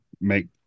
make